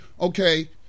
Okay